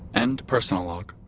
end personal log